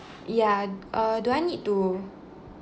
yeah uh do I need to